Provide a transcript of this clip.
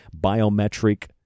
biometric